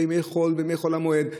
בימי חול ובימי חול המועד,